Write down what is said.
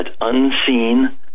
unseen